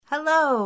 Hello